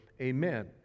amen